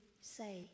say